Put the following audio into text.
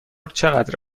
چقدر